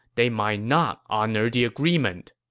they might not honor the agreement.